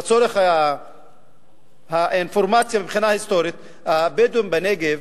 לצורך האינפורמציה מבחינה היסטורית: הבדואים היו בנגב